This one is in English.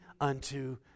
unto